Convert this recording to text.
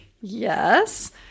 yes